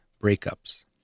breakups